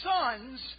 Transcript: sons